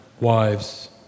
wives